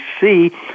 see